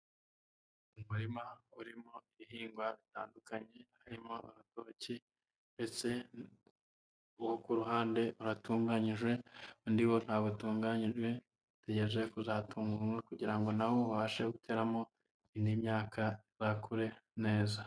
Umurima urimo ibihingwa bitandukanye harimo ibitoki ndetse uwo ku ruhande uratunganyijwe, undi wo nyabwo utunganyijwe, utegereje kuzatunganywa kugira ngo na wo ubashe guteramo indi myaka izakure neza.